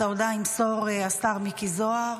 את ההודעה ימסור השר מיקי זוהר.